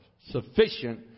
Sufficient